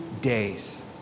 days